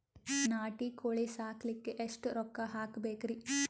ನಾಟಿ ಕೋಳೀ ಸಾಕಲಿಕ್ಕಿ ಎಷ್ಟ ರೊಕ್ಕ ಹಾಕಬೇಕ್ರಿ?